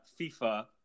FIFA